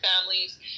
families